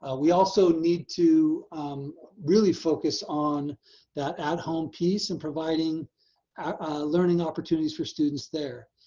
ah we also need to really focus on that at-home piece and providing learning opportunities for students there.